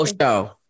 show